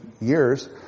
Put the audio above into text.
years